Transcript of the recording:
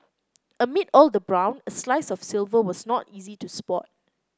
amid all the brown a slice of silver was not easy to spot